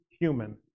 human